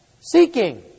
seeking